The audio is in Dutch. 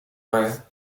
worden